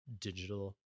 digital